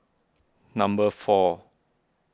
number four